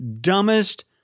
dumbest